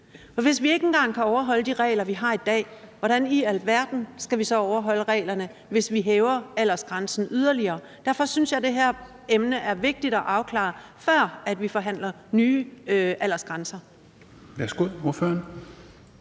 hvis vi ikke engang kan overholde de regler, vi har i dag, hvordan i alverden skal vi så overholde reglerne, hvis vi hæver aldersgrænsen yderligere? Derfor synes jeg, det her emne er vigtigt at afklare, før vi forhandler nye aldersgrænser.